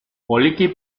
poliki